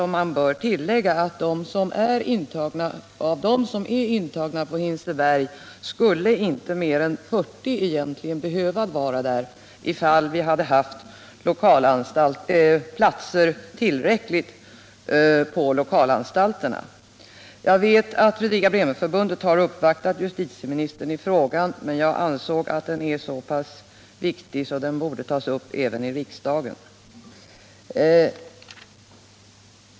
Man bör tillägga en annan uppgift, nämligen att av dem som är intagna på Hinseberg skulle inte mer än 40 egentligen behöva vara där, ifall vi hade haft tillräckligt antal platser på lokalanstalterna. Jag vet att Fredrika Bremer-förbundet har uppvaktat justitieministern i frågan, men jag anser att den är så pass viktig att den borde tas upp även i riksdagen.